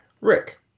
Rick